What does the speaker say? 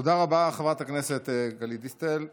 תודה רבה לחברת הכנסת גלית דיסטל אטבריאן.